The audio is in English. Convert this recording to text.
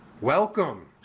Welcome